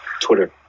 Twitter